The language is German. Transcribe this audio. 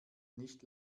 nicht